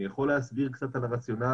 אני יכול להסביר קצת על הרציונל,